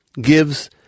gives